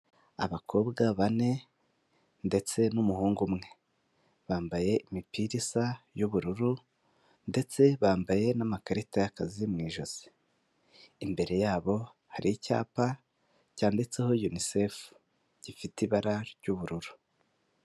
Abakobwa bane ndetse n'umuhungu umwe bambaye imipira isa y'ubururu ndetse bambaye n'amakarita y'akazi mu ijosi, imbere yabo hari icyapa cyanditseho ''unicef '' gifite ibara ry'ubururu.